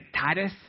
Titus